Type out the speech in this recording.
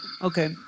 okay